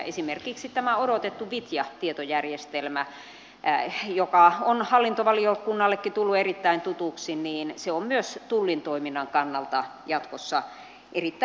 esimerkiksi tämä odotettu vitja tietojärjestelmä joka on hallintovaliokunnallekin tullut erittäin tutuksi on myös tullin toiminnan kannalta jatkossa erittäin tärkeä